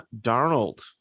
Darnold